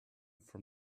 from